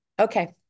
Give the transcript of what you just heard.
Okay